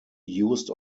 used